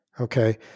Okay